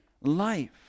life